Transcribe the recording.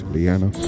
Leanna